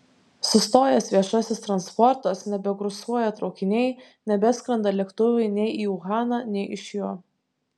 sustojęs viešasis transportas nebekursuoja traukiniai nebeskrenda lėktuvai nei į uhaną nei iš jo